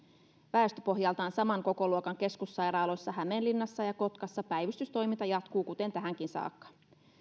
väestöpohjaltaan saman kokoluokan keskussairaaloissa hämeenlinnassa ja kotkassa päivystystoiminta jatkuu kuten tähänkin saakka